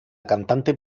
cantante